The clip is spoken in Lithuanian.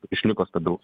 išliko stabilus